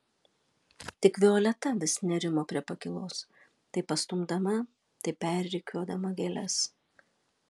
tik violeta vis nerimo prie pakylos tai pastumdama tai perrikiuodama gėles